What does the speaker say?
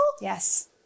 Yes